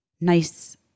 nice